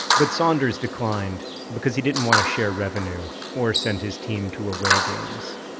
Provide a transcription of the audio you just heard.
but saunders declined. because he didn't want to share revenue, or send his team to away games.